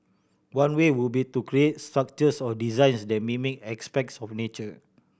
one way would be to create structures or designs that mimic aspects of nature